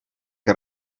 que